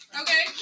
Okay